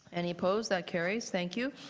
any opposed? that carries. thank you.